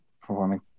performing